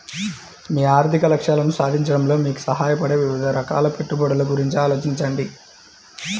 మీ ఆర్థిక లక్ష్యాలను సాధించడంలో మీకు సహాయపడే వివిధ రకాల పెట్టుబడుల గురించి ఆలోచించండి